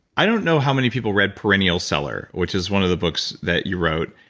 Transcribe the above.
i don't know how many people read perennial seller which is one of the books that you wrote.